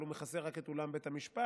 אבל הוא מכסה רק את אולם בית המשפט.